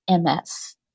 MS